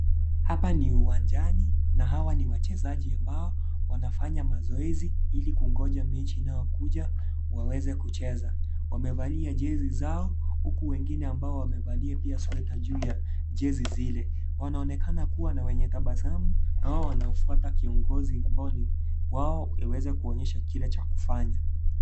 Hapa ni uwanjani, na hawa ni wechezaji ambao wanafanya mazoezi ilikungoja mechi inayo kuja waweze kucheza, wamevalia jezi zao huku wengine ambao wamevalia pia sweater juu ya jezi zile, wanaonekana kuwa na wenye tabasamu nawao wamnafuata kiongozi ambao ni wao aweze kuwaonyeshe kile cha kufanya.